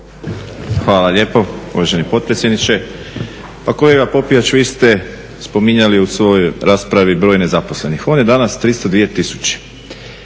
Hvala lijepo uvaženi potpredsjedniče. Pa kolega Popijač, vi ste spominjali u svojoj raspravi broj nezaposlenih, on je danas 302 tisuće.